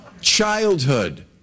childhood